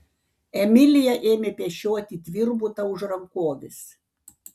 emilija ėmė pešioti tvirbutą už rankovės